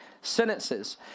sentences